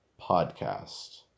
podcast